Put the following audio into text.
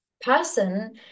person